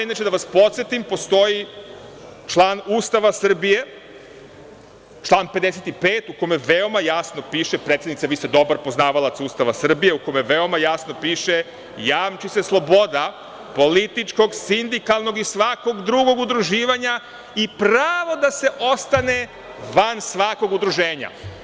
Inače, da vas podsetim postoji član Ustava Srbije, član 55. u kome veoma jasno piše – predsednice vi ste dobar poznavalac Ustava Srbije u kome veoma jasno piše - jamči se sloboda političkog, sindikalnog i svakog drugog udruživanja i pravo da se ostane van svakog udruženja.